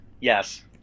Yes